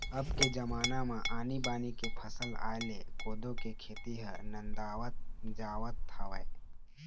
अब के जमाना म आनी बानी के फसल आय ले कोदो के खेती ह नंदावत जावत हवय